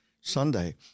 Sunday